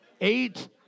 eight